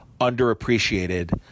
underappreciated